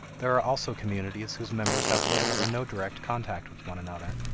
there are also communities whose members have little or no direct contact with one another,